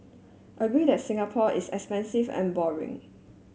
agree that Singapore is expensive and boring